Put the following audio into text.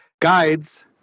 Guides